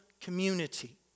community